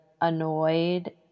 annoyed